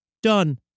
Done